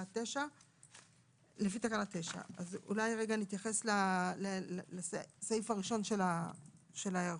9. אולי רגע נתייחס לסעיף הראשון של ההיערכות.